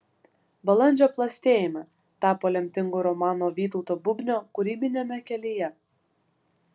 balandžio plastėjime tapo lemtingu romanu vytauto bubnio kūrybiniame kelyje